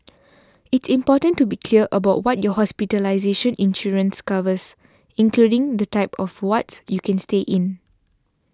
it's important to be clear about what your hospitalization insurance covers including the type of wards you can stay in